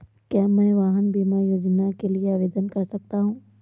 क्या मैं वाहन बीमा योजना के लिए आवेदन कर सकता हूँ?